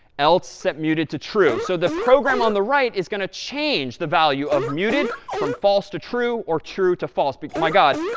else set muted to true. so the program on the right is going to change the value of muted from false to true or true to false. because, my god.